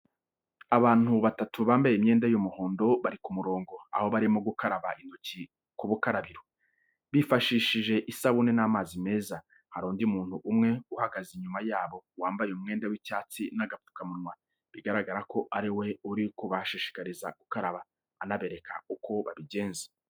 Abantu batatu bambaye imyenda y'umuhondo bari ku murongo aho barimo gukaraba intoki ku bukarabiro, bifashishije isabune n'amazi meza. Hari undi muntu umwe uhagaze inyuma yabo wambaye umwenda w'icyatsi n'agapfukamunwa, bigaragara ko ari we uri kubashishikariza gukaraba, anabereka uko babigenza.